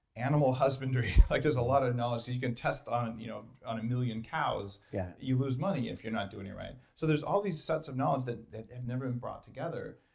animal husbandry husbandry like there's a lot of knowledge that you can test on you know on a million cows. yeah you lose money if you're not doing it right, so there's all these sets of knowledge that that have never been brought together.